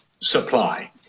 Supply